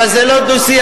אבל זה לא דו-שיח.